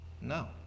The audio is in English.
No